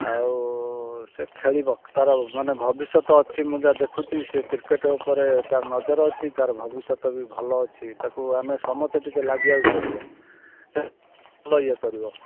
ଆଉ ସେ ଖେଳିବ ତା'ର ମାନେ ଭବିଷ୍ୟତ ଅଛି ମୁଁ ଯାହା ଦେଖୁଛି ସେ କ୍ରିକେଟ୍ ଉପରେ ତା'ର ନଜର ଅଛି ତା'ର ଭବିଷ୍ୟତ ବି ଭଲ ଅଛି ତାକୁ ଆମେ ସମସ୍ତେ ଟିକିଏ ଲାଗିବାକୁ ପଡ଼ିବ ଭଲ ଇଏ କରିବ